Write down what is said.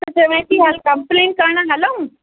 त चवई थी हल कंप्लेन करण हलूं